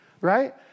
right